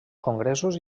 congressos